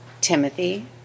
Timothy